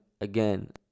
again